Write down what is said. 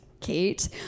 Kate